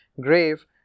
grave